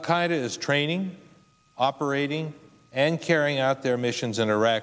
kind is training operating and carrying out their missions in iraq